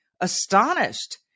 astonished